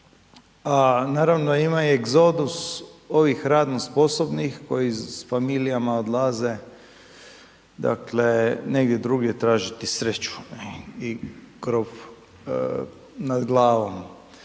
a naravno ima egzodus ovih radno sposobnih koji s familijama odlaze negdje drugdje tražiti sreću i krov nad glavom.